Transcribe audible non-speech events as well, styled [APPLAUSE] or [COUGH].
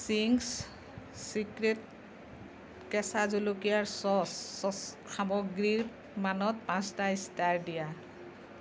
Ching's secret কেঁচা জলকীয়াৰ sauce [UNINTELLIGIBLE] সামগ্ৰীৰ মানত পাঁচটা ষ্টাৰ দিয়া